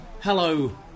hello